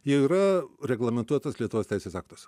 yra reglamentuotas lietuvos teisės aktuose